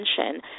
attention